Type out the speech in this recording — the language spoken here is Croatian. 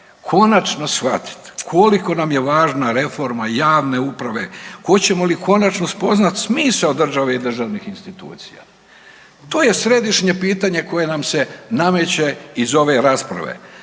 konačno shvatiti koliko nam je važna reforma javne uprave? Hoćemo li konačno spoznati smisao države i državnih institucija? To je središnje pitanje koje nam se nameće iz ove rasprave